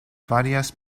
varias